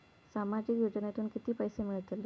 सामाजिक योजनेतून किती पैसे मिळतले?